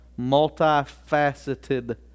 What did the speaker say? multifaceted